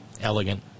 elegant